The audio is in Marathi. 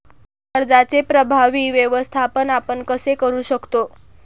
कर्जाचे प्रभावी व्यवस्थापन आपण कसे करु शकतो?